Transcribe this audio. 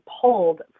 pulled